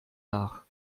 nach